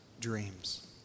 dreams